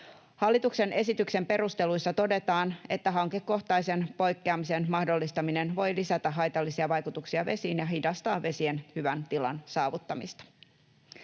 Hallituksen esityksen perusteluissa todetaan, että hankekohtaisen poikkeamisen mahdollistaminen voi lisätä haitallisia vaikutuksia vesiin ja hidastaa vesien hyvän tilan saavuttamista.